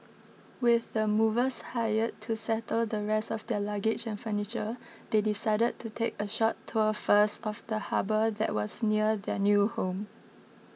with the movers hired to settle the rest of their luggage and furniture they decided to take a short tour first of the harbour that was near their new home